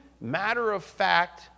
matter-of-fact